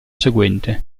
seguente